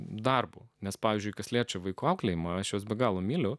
darbu nes pavyzdžiui kas liečia vaikų auklėjimą šios be galo myliu